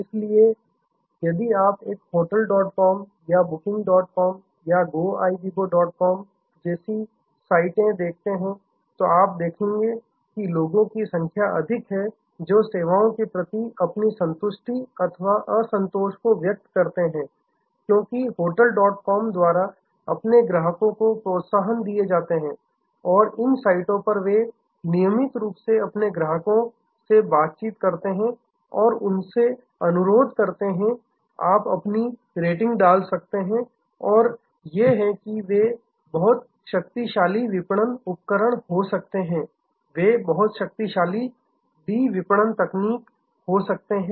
इसलिए यदि आप होटल डॉट कॉम या बुकिंग डॉट कॉम या गोआईबिबो डॉट कॉम जैसी साइटें देखते हैं तो आप देखेंगे कि ऐसे लोगों की संख्या अधिक है जो सेवाओं के प्रति अपनी संतुष्टि अथवा असंतोष को व्यक्त करते हैं क्योंकि होटल डॉट कॉम द्वारा अपने ग्राहकों को प्रोत्साहन दिए जाते हैं और इन साइटों पर वे नियमित रूप से अपने ग्राहकों से बातचीत करते हैं और उनसे अनुरोध करते हैं आप अपनी रेटिंग डाल सकते हैं और ये हैं कि वे बहुत शक्तिशाली विपणन उपकरण हो सकते हैं वे बहुत शक्तिशाली डी विपणन तकनीक हो सकते हैं